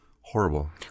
horrible